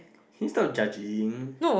he's not judging